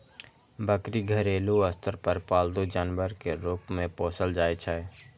बकरी घरेलू स्तर पर पालतू जानवर के रूप मे पोसल जाइ छै